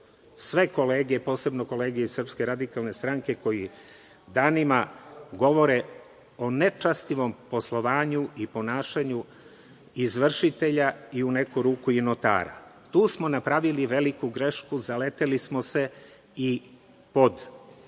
sve kolege, posebno kolege iz Srpske radikalne stranke koji danima govore o nečastivom poslovanju i ponašanju izvršitelja i u neku ruku i notara. Tu smo napravili veliku grešku, zaleteli smo se i pod